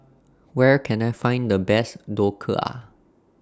Where Can I Find The Best Dhokla